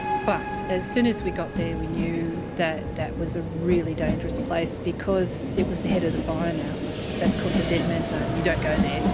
but as soon as we got there we knew that that was a really dangerous place because it was the head of the fire now that's called the dead man zone. you don't go there.